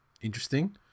interesting